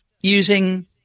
using